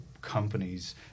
companies